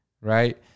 Right